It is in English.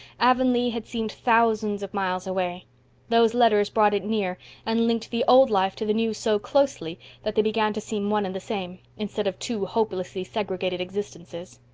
avonlea had seemed thousands of miles away those letters brought it near and linked the old life to the new so closely that they began to seem one and the same, instead of two hopelessly segregated existences.